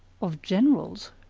of generals?